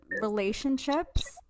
relationships